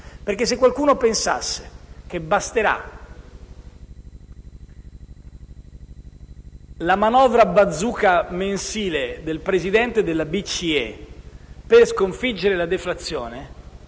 perché se qualcuno pensa che basterà la manovra bazooka mensile del presidente della BCE per sconfiggere la deflazione,